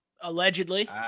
Allegedly